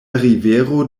rivero